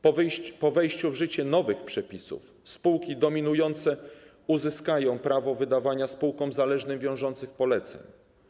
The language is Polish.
Po wejściu w życie nowych przepisów spółki dominujące uzyskają prawo wydawania spółkom zależnym wiążących poleceń.